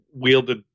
wielded